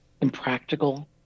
impractical